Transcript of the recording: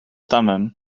thummim